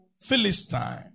Philistine